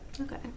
Okay